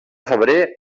febrer